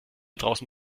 draußen